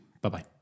Bye-bye